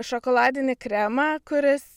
šokoladinį kremą kuris